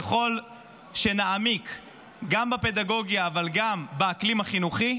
ככל שנעמיק גם בפדגוגיה אבל גם באקלים החינוכי,